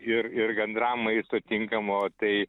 ir ir gandram maisto tinkamo tai